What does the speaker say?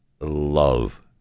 love